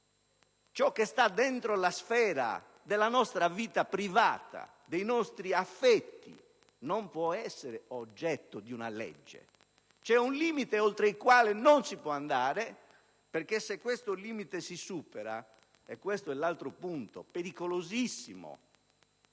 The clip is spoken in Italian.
Ciò che sta dentro la sfera della nostra vita privata e dei nostri affetti non può essere oggetto di una legge. C'è un limite oltre il quale non si può andare, perché - e questo è l'altro punto pericolosissimo